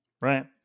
Right